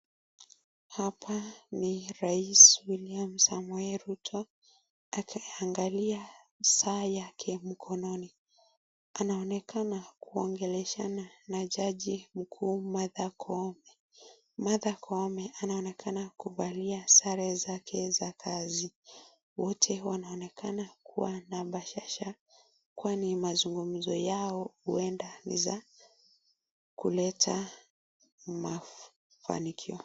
Hapa ni rais William Samoei Ruto akiangalia saa yake mkononi, anaonekana kuongeleshana na jaji mkuu Martha Koome, Martha Koome anonekana kuvalia sare zake za kazi wote wanaonekana kuwa na bashasha kuwa nimazungumuzo yao uenda ni za kuleta mafanikio.